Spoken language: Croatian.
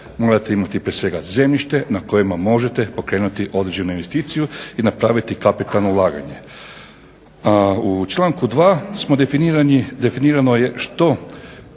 Morate imati prije svega zemljište na kojima možete pokrenuti određenu investiciju i napraviti kapitalno ulaganje. U članku 2. definirano je što